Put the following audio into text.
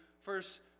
first